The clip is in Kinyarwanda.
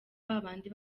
babandi